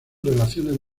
relaciones